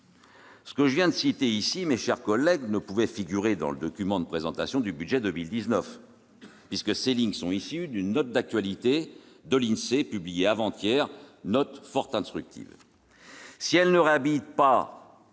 Ce que je viens de citer ici, mes chers collègues, ne pouvait figurer dans le document de présentation du budget pour 2019, puisque ces lignes sont issues d'une fort instructive note d'actualité de l'INSEE, publiée avant-hier. Si elle ne